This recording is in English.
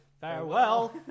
Farewell